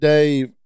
Dave